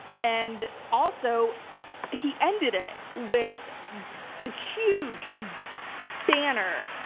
and also he ended it with a huge banner,